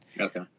Okay